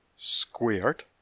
squared